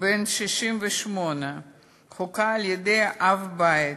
בן 68 הוכה על-ידי אב-בית,